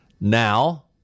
Now